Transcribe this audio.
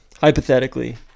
hypothetically